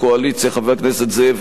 חבר הכנסת זאב אלקין,